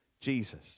Jesus